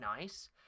nice